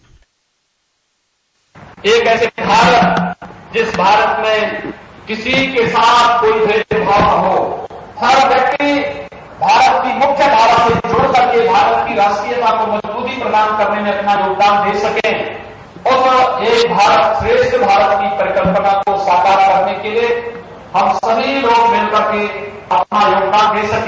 bite एक ऐसे भारत जिस भारत में किसी के कोई भेदभाव न हो हर व्यक्ति भारत की मुख्य धारा से जुड़ सके भारत की राष्ट्रीयता को मजबूती प्रदान करने में अपना योगदान दे सके उस एक भारत श्रेष्ठ भारत की परिकल्पना को साकार करने के लिये सभी लोग मिल करके अपना योगदान दे सके